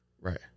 Right